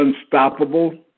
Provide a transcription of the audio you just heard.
unstoppable